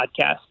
podcast